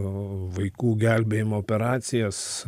vaikų gelbėjimo operacijas